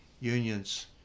unions